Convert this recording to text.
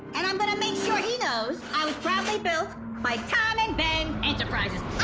and i'm gonna make sure he knows i was proudly built by tom and ben enterprises!